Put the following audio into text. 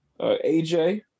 aj